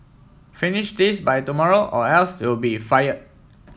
finish this by tomorrow or else you'll be fired